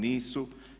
Nisu.